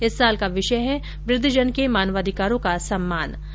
इस वर्ष का विषय है वृद्वजन के मानवाधिकारों का सम्मान